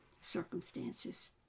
circumstances